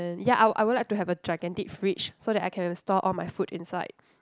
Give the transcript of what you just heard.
and ya I will I will like to have a gigantic fridge so that I can store all my food inside